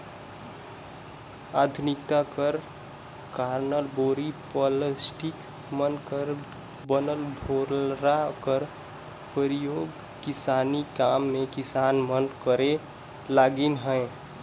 आधुनिकता कर कारन बोरी, पलास्टिक मन कर बनल डोरा कर परियोग किसानी काम मे किसान मन करे लगिन अहे